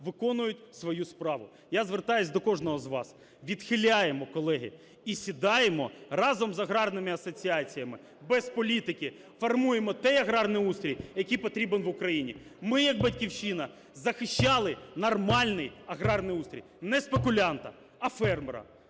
виконують свою справу. Я звертаюсь до кожного з вас. Відхиляємо, колеги, і сідаємо разом з аграрними асоціаціями без політики формуємо той аграрний устрій, який потрібен в Україні. Ми як "Батьківщина" захищали нормальний аграрний устрій. Не спекулянта, а фермера,